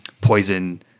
poison